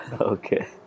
Okay